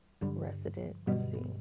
residency